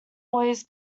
always